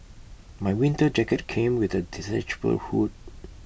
my winter jacket came with A detachable hood